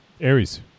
Aries